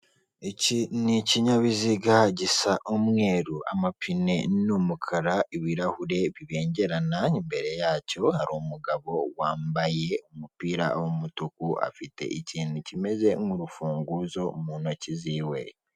Iki ni ikinyabiziga gisa umweru, amapine n'umukara ibirahure bibengerana, imbere yacyo hari umugabo wambaye umupira w'umutuku afite ikintu kimeze nk'urufunguzo mu ntoki ziwe.